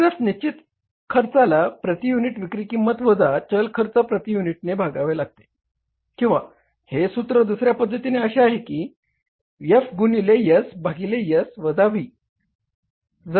आपणास निश्चित खर्चाला प्रती युनिट विक्री किंमत वजा चल खर्च प्रती युनिटने भागावे लागते किंवा हे सूत्र दुसऱ्या पद्धतीने अशे आहे की F गुणिले S भागिले S वजा V